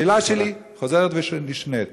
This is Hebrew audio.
השאלה שלי חוזרת ונשנית,